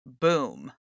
boom